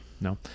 No